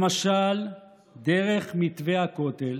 למשל דרך מתווה הכותל,